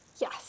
Yes